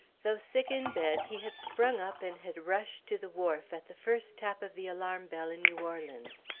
though sick in bed, he had sprung up and had rushed to the wharf at the first tap of the alarm bell in new orleans.